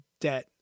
debt